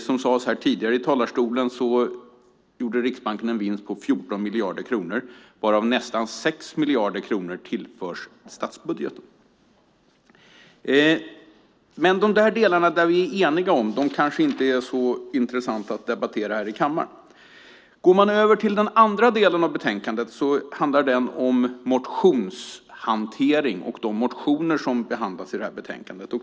Som sades tidigare här i talarstolen gjorde Riksbanken en vinst på 14 miljarder kronor, varav nästan 6 miljarder kronor tillförs statsbudgeten. Delarna vi är eniga om kanske dock inte är så intressanta att debattera i kammaren. Går man över till den andra delen av betänkandet ser man att den handlar om motionshantering och de motioner som behandlas i detta betänkande.